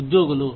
ఉద్యోగులు